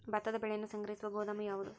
ಭತ್ತದ ಬೆಳೆಯನ್ನು ಸಂಗ್ರಹಿಸುವ ಗೋದಾಮು ಯಾವದು?